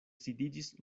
sidiĝis